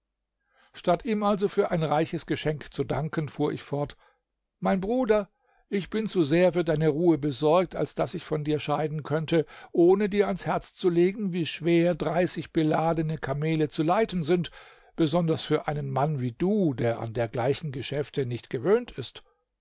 statt ihm also für ein reiches geschenk zu danken fuhr ich fort mein bruder ich bin zu sehr für deine ruhe besorgt als daß ich von dir scheiden könnte ohne dir ans herz zu legen wie schwer dreißig beladene kamele zu leiten sind besonders für einen mann wie du der an dergleichen geschäfte nicht gewöhnt ist